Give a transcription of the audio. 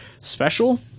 special